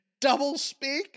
doublespeak